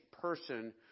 person